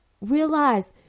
realize